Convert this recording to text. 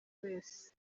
wese